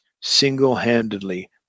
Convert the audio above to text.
single-handedly